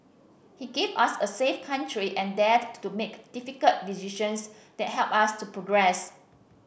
he gave us a safe country and dared to make difficult decisions that helped us to progress